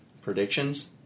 predictions